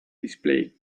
display